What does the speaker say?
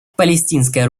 палестинское